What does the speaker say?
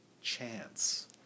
chance